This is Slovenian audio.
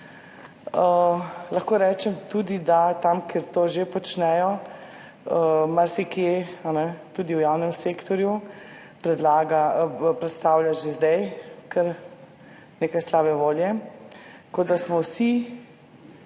lahko rečem tudi, da tam, kjer to že počnejo, marsikje, tudi v javnem sektorju, predstavlja že zdaj kar nekaj slabe volje, kot da so vsi